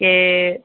કે